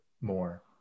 more